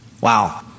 Wow